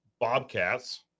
Bobcats